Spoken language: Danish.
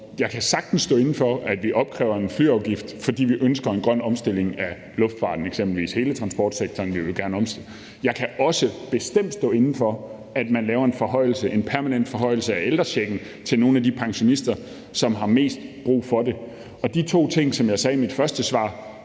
Jeg kan sagtens stå inde for, at vi opkræver en flyafgift, fordi vi ønsker en grøn omstilling af eksempelvis luftfarten. Vi vil gerne omstille hele transportsektoren. Jeg kan bestemt også stå inde for, at man laver en forhøjelse, en permanent forhøjelse, af ældrechecken til nogle af de pensionister, som har mest brug for det. De to ting, som jeg sagde i mit første svar,